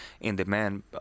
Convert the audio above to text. in-demand